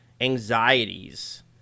anxieties